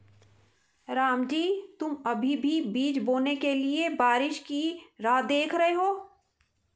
रामजी तुम अभी भी बीज बोने के लिए बारिश की राह देख रहे हो?